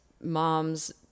moms